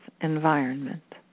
environment